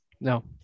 No